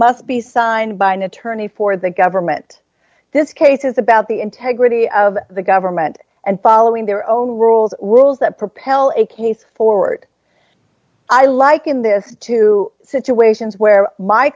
must be signed by an attorney for the government this case is about the integrity of the government and following their own rules rules that propel a case forward i liken this to situations where my